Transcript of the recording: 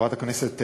חברת הכנסת סויד,